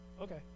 okay